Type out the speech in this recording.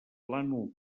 plànol